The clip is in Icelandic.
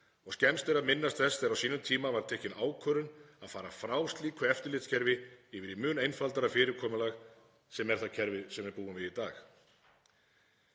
Skemmst er að minnast þess þegar á sínum tíma var tekin ákvörðun að fara frá slíku eftirlitskerfi yfir í mun einfaldara fyrirkomulag, sem er það kerfi sem við búum við í dag.